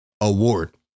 award